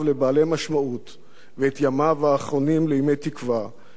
ואת ימיו האחרונים לימי תקווה, למרות הסבל הגדול.